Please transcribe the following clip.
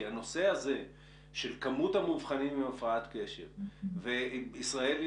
הנושא הזה של כמות המאובחנים בהפרעת קשב וישראל היא